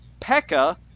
Pekka